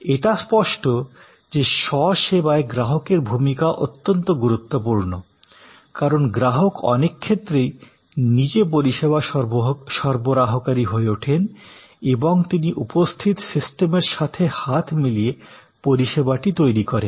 এটা স্পষ্ট যে স্ব সেবায় গ্রাহকের ভূমিকা অত্যন্ত গুরুত্বপূর্ণ কারণ গ্রাহক অনেক ক্ষেত্রে নিজেই পরিষেবা সরবরাহকারী হয়ে ওঠেন এবং তিনি উপস্থিত সিস্টেমের সাথে হাত মিলিয়ে পরিষেবাটি তৈরি করেন